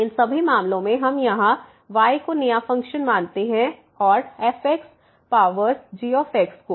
इन सभी मामलों में हम यहाँ y को नया फ़ंक्शन मानते हैं f पावर g के